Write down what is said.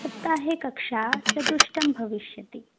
सप्ताहे कक्षाचतुष्टयं भविष्यति